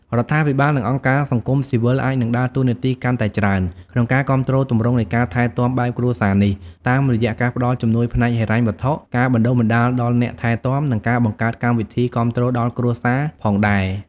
រដ្ឋាភិបាល និងអង្គការសង្គមស៊ីវិលអាចនឹងដើរតួនាទីកាន់តែច្រើនក្នុងការគាំទ្រទម្រង់នៃការថែទាំបែបគ្រួសារនេះ តាមរយៈការផ្ដល់ជំនួយផ្នែកហិរញ្ញវត្ថុ ការបណ្ដុះបណ្ដាលដល់អ្នកថែទាំ ឬការបង្កើតកម្មវិធីគាំទ្រដល់គ្រួសារផងដែរ។